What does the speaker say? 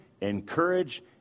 encourage